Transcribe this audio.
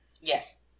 Yes